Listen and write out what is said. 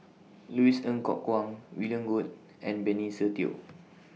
Louis Ng Kok Kwang William Goode and Benny Se Teo